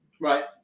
right